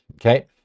okay